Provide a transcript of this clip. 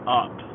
up